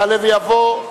יעלה ויבוא,